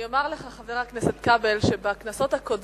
אני אומר לך, חבר הכנסת כבל, שבכנסות הקודמות